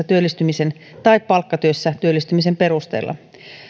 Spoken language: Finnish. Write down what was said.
työllistymisen tai palkkatyössä työllistymisen perusteella toinen ongelmia tuottanut